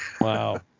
Wow